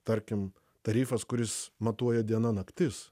tarkim tarifas kuris matuoja diena naktis